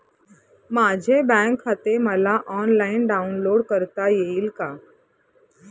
माझे बँक खाते मला ऑनलाईन डाउनलोड करता येईल का?